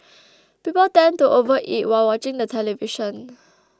people tend to overeat while watching the television